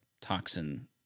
toxin